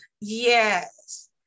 yes